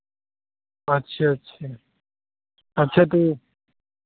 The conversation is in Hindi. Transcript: अच्छा अच्छा अच्छा तो